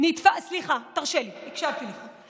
סליחה, תרשה לי, הקשבתי לך.